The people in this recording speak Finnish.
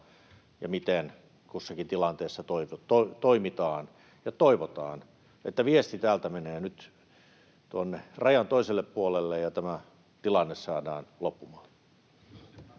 ja miten kussakin tilanteessa toimitaan. Ja toivotaan, että viesti täältä menee nyt tuonne rajan toiselle puolelle ja tämä tilanne saadaan loppumaan.